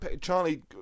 Charlie